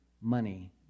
money